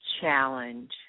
challenge